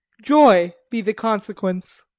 joy be the consequence!